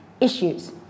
issues